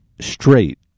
straight